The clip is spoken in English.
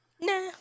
Nah